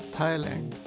Thailand